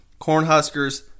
Cornhuskers